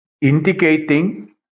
indicating